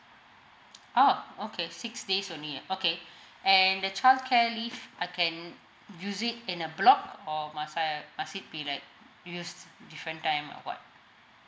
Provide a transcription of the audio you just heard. orh okay six days only ah okay and the childcare leave I can use it in a block or must I must it be like use different time or what